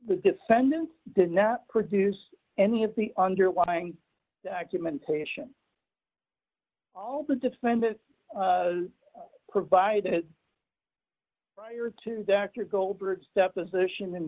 the defendants did not produce any of the underlying documentation all the defendants provided prior to the actor goldberg's deposition in